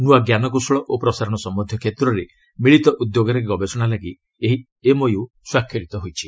ନୂଆ ଜ୍ଞାନକୌଶଳ ଓ ପ୍ରସାରଣ ସମ୍ଭନ୍ଧୀୟ କ୍ଷେତ୍ରରେ ମିଳିତ ଉଦ୍ୟୋଗରେ ଗବେଷଣା ଲାଗି ଏହି ଏମ୍ଓୟୁ ସ୍ୱାକ୍ଷରିତ ହୋଇଛି